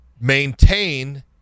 maintain